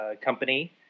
company